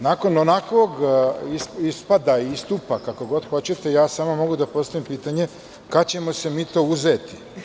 Nakon ovakvog ispada i istupa, kako god hoćete, samo mogu da postavim pitanje - kada ćemo se mi to uzeti?